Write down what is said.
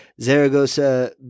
Zaragoza